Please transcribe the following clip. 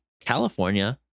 California